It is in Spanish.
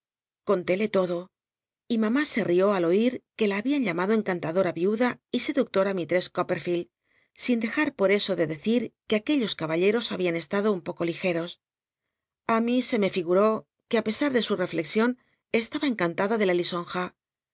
e lodo y mam se rió al oit que la habían llamado encantadora viuda y seductora mistress coppel'llc ld sin dc jar pot eso de deci r que aquellos caballeros habían estado un poco ligeros á mi se me figuró e ue á pesar de su tcnexion estaba encantada de la